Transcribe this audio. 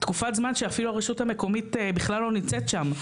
תקופת זמן שאפילו הרשות המקומית בכלל לא נמצאת שם.